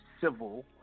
civil